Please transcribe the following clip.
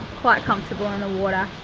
quite comfortable in the water,